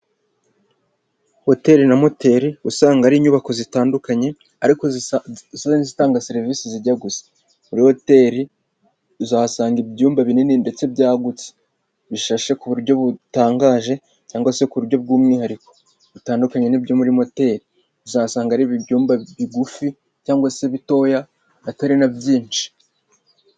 Hoteli na moteli, uba usanga ari inyubako zitandukanye, ariko zisa nk'izitanga serivisi zijya gusa. Muri hoteli uzahasanga ibyumba binini ndetse byagutse, bishashe ku buryo butangaje cyangwa se ku buryo bw'umwihariko. Bitandukanye n'ibyo muri moteli. uzasanga ari ibyumba bigufi cyangwa se bitoya atari na byinshi.